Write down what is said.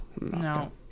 No